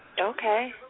Okay